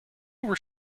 were